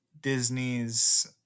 Disney's